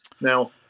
now